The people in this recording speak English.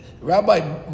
Rabbi